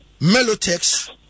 Melotex